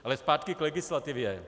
Ale zpátky k legislativě.